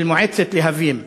של מועצת להבים.